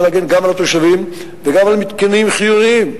להגן גם על התושבים וגם על מתקנים חיוניים.